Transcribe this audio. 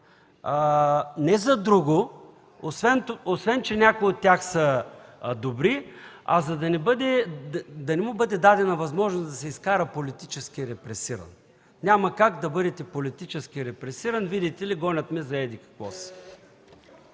не за друго, освен че някои от тях са добри, а да не му бъде дадена възможност да се изкара политически репресиран. Няма как да бъдете политически репресиран, видите ли, гонят ме за еди-какво